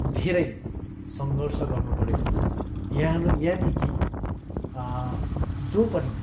धेरै सङ्घर्ष गर्नुपरेको यहाँ यानिकी जो पनि